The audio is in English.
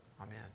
Amen